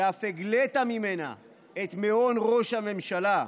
שאף הגלת ממנה את מעון ראש הממשלה.